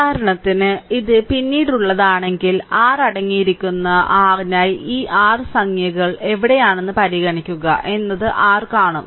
ഉദാഹരണത്തിന് ഇത് പിന്നീടുള്ളതാണെങ്കിൽ r അടങ്ങിയിരിക്കുന്ന r നായി ഈ r സംഖ്യകൾ എവിടെയാണ് പരിഗണിക്കുക എന്ന് r കാണും